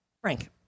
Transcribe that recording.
Frank